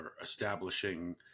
establishing